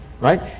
right